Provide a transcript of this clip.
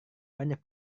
banyak